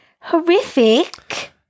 Horrific